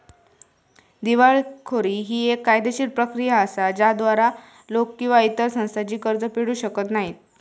दिवाळखोरी ही येक कायदेशीर प्रक्रिया असा ज्याद्वारा लोक किंवा इतर संस्था जी कर्ज फेडू शकत नाही